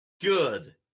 Good